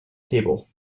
table